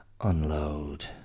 unload